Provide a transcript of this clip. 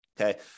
okay